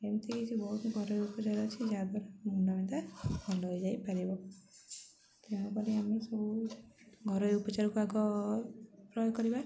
ଏମିତି କିଛି ବହୁତ ଘରୋଇ ଉପଚାର ଅଛି ଯାହାଦ୍ୱାରା ମୁଣ୍ଡବିନ୍ଧା ଭଲ ହେଯାଇ ପାରିବ ତେଣୁକରି ଆମେ ସବୁ ଘରୋଇ ଉପଚାରକୁ ଆଗ ପ୍ରୟୋଗ କରିବା